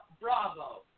Bravo